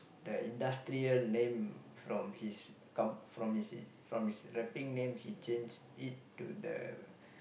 the industrial name from his from his from his rapping name he changed it to the